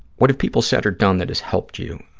what have people said or done that has helped you?